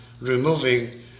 removing